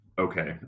Okay